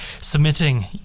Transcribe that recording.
submitting